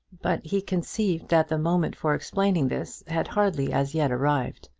but he conceived that the moment for explaining this had hardly as yet arrived,